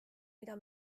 mida